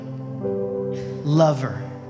lover